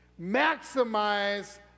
maximize